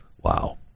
Wow